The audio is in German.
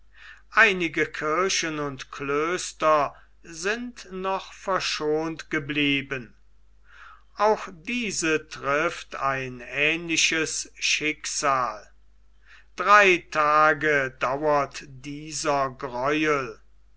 einige kirchen und klöster sind noch verschont geblieben auch diese trifft ein ähnliches schicksal drei tage dauert dieser gräuel